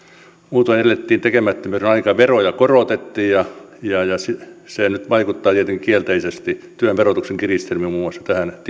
muutoin elettiin tekemättömyyden aikaa veroja korotettiin ja se vaikuttaa tietenkin kielteisesti työn verotuksen kiristäminen muun muassa tähän tilanteeseen kun